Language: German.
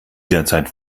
derzeit